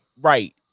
right